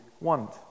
want